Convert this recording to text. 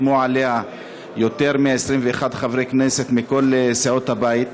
חתמו עליה יותר מ-21 חברי כנסת מכל סיעות הבית.